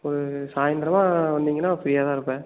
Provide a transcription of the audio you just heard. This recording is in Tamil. ஒரு சாய்ந்திரமா வந்தீங்கன்னால் ஃப்ரீயாக தான் இருப்பேன்